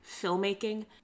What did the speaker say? filmmaking